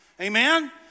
Amen